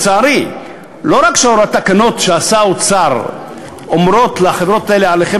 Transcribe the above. שלצערי לא רק שהתקנות שעשה האוצר אומרות לחברות האלה: עליכן